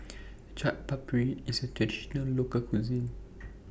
Chaat Papri IS A Traditional Local Cuisine